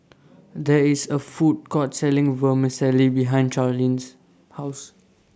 There IS A Food Court Selling Vermicelli behind Charline's House